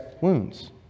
wounds